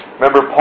Remember